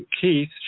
Keith